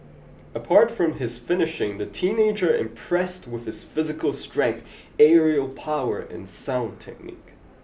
apart from his finishing the teenager impressed with his physical strength aerial power and sound technique